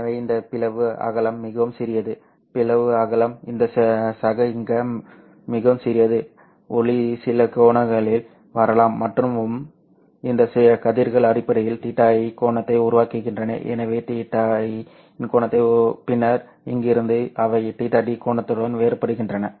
எனவே இந்த பிளவு அகலம் மிகவும் சிறியது பிளவு அகலம் இந்த சக இங்கே மிகவும் சிறியது ஒளி சில கோணங்களில் வரலாம் மற்றும் வரும் இந்த கதிர்கள் அடிப்படையில் θi இன் கோணத்தை உருவாக்குகின்றன பின்னர் இங்கிருந்து அவை θd கோணத்துடன் வேறுபடுகின்றன